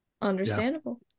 Understandable